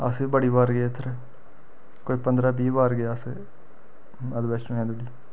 अस बी बड़ी बार गेदे इत्थें कोई पंदरां बीह् बार गे अस माता वैश्नो अजें धोड़ी